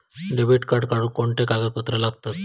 Debit card काढुक कोणते कागदपत्र लागतत?